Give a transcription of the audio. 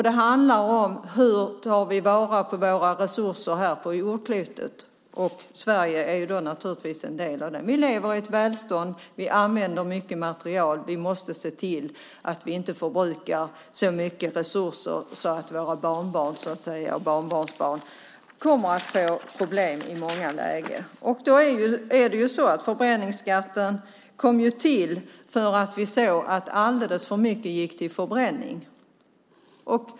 Det handlar om hur vi tar vara på våra resurser här på jordklotet, och Sverige är naturligtvis en del av det. Vi lever i ett välstånd och använder mycket material och måste se till att vi inte förbrukar så mycket resurser att våra barnbarn och barnbarnsbarn kommer att få problem i många lägen. Förbränningsskatten kom till när vi såg att alldeles för mycket gick till förbränning.